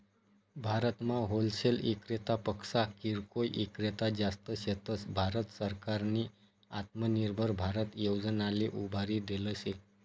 भारतमा होलसेल इक्रेतापक्सा किरकोय ईक्रेता जास्त शेतस, भारत सरकारनी आत्मनिर्भर भारत योजनाले उभारी देल शे